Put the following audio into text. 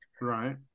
Right